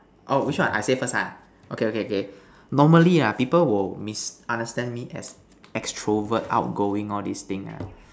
oh which one I say first ah okay okay okay normally ah people will misunderstand me as extrovert outgoing all these thing ah